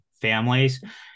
families